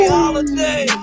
holiday